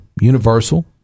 Universal